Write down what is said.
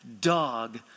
dog